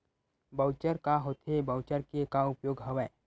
Voucher का होथे voucher के का उपयोग हवय?